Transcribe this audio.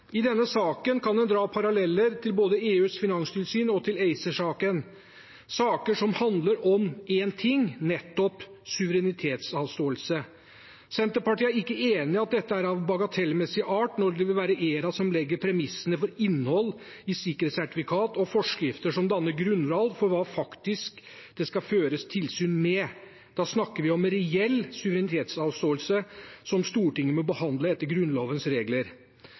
I denne saken kan en dra paralleller til både EUs finanstilsyn og ACER-saken – saker som handler om én ting, nettopp suverenitetsavståelse. Senterpartiet er ikke enig i at dette er av bagatellmessig art, når det vil være ERA som legger premissene for innhold i sikkerhetssertifikat og forskrifter som danner grunnlag for hva det faktisk skal føres tilsyn med. Da snakker vi om reell suverenitetsavståelse som Stortinget må behandle etter Grunnlovens regler.